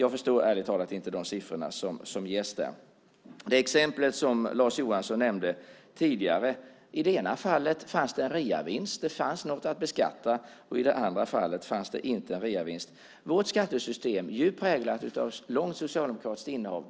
Jag förstår därför ärligt talat inte de siffror som ges. Lars Johansson nämnde tidigare ett exempel. I det ena fallet fanns det en reavinst. Det fanns något att beskatta. I det andra fallet fanns det inte en reavinst. Vårt skattesystem är präglat av ett långt socialdemokratiskt regeringsinnehav.